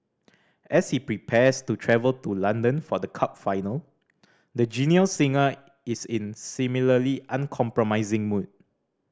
as he prepares to travel to London for the cup final the genial singer is in similarly uncompromising mood